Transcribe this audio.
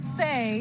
say